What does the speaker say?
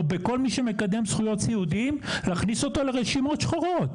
או בכל מי שמקדם זכויות סיעודיים להכניס אותו לרשימות שחורות.